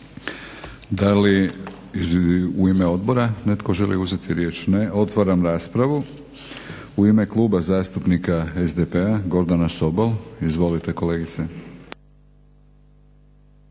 Da li u ime odbora netko želi uzeti riječ? Ne. Otvaram raspravu. U ime Kluba zastupnika SDP-a Gordana Sobol. Izvolite kolegice.